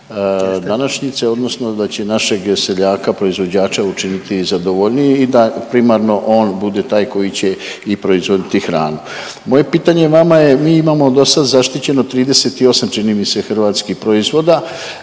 da će našeg seljaka, proizvođača učiniti zadovoljnijim i da primarno on bude taj koji će i proizvoditi hranu. Moje pitanje vama je mi imamo do sada zaštićeno 38 čini mi se hrvatskih proizvoda.